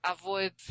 avoid